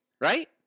Right